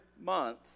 month